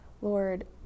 Lord